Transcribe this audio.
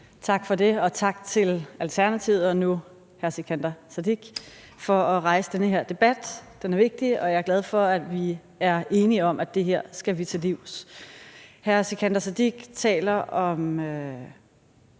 Vermund (NB): Tak til Alternativet og nu hr. Sikandar Siddique for at rejse den her debat. Den er vigtig, og jeg er glad for, at vi er enige om, at det her skal vi til livs. Hr. Sikandar Siddique taler om